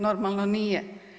Normalno nije.